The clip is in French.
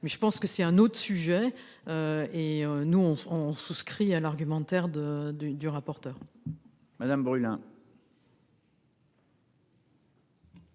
mais je pense que c'est un autre sujet. Et nous on on souscrit à l'argumentaire de du du rapporteur. Madame brûle